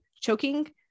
choking